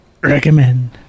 recommend